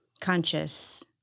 conscious